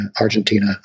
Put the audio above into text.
Argentina